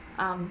um